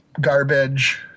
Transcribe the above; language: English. garbage